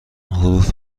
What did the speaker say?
حروف